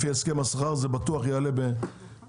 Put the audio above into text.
לפי הסכם השכר היא בטוח תעלה ב-2%-3%.